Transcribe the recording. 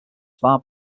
far